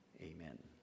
Amen